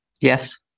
Yes